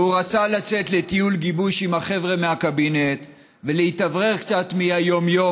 והוא רוצה לצאת לטיול גיבוש עם החבר'ה מהקבינט ולהתאוורר קצת מהיום-יום,